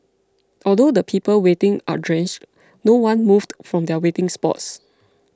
although the people waiting are drenched no one moved from their waiting spots